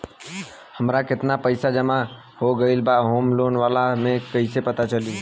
हमार केतना पईसा जमा हो गएल बा होम लोन वाला मे कइसे पता चली?